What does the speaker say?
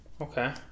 Okay